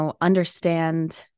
understand